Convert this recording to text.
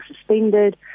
suspended